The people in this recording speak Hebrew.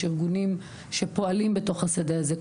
יש ארגונים שפועלים בתוך השדה הזה,